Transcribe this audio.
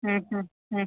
ഹും ഹും ഹും